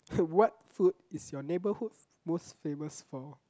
what food is your neighbourhood most famous for